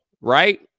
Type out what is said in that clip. right